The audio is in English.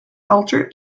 alter